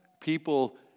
people